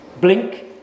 Blink